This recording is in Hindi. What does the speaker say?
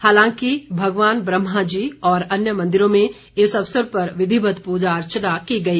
हालांकि भगवान ब्रहमा जी और अन्य मंदिरों में इस अवसर पर विधिवत पूजा अर्चना की गई